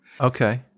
Okay